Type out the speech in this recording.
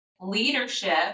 leadership